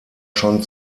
schon